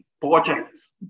projects